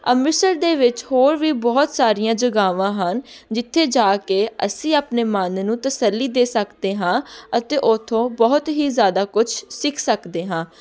ਅੰਮ੍ਰਿਤਸਰ ਦੇ ਵਿੱਚ ਹੋਰ ਵੀ ਬਹੁਤ ਸਾਰੀਆਂ ਜਗਾਵਾਂ ਹਨ ਜਿੱਥੇ ਜਾ ਕੇ ਅਸੀਂ ਆਪਣੇ ਮਨ ਨੂੰ ਤਸੱਲੀ ਦੇ ਸਕਦੇ ਹਾਂ ਅਤੇ ਉੱਥੋਂ ਬਹੁਤ ਹੀ ਜ਼ਿਆਦਾ ਕੁਛ ਸਿੱਖ ਸਕਦੇ ਹਾਂ